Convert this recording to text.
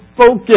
focus